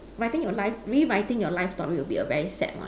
writing your life rewriting your life story will be a very sad one